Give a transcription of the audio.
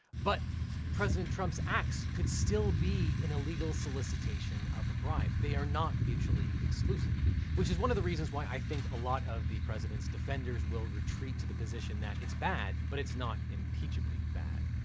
but president trump's acts could still be an illegal solicitation of a bribe, they are not mutually exclusive, which is one of the reasons why i think a lot of president's defenders will retreat to the position that it's bad, but it's not impeachably bad.